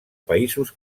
països